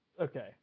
Okay